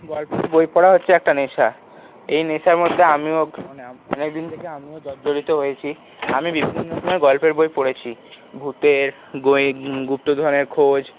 গল্পের বই পড়া হচ্ছে একটা নেশা এই নেশার মধ্যে আমিও মানে অনেকদিন থেকে আমিও জর্জরিত হয়েছি আমি বিভিন্ন রকমের গল্পের বই পড়েছি ভূতের গোয়েন গুপ্তধনের খোঁজ